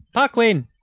paquin.